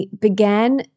began